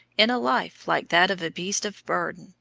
in a life like that of a beast of burden,